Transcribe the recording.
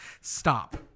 Stop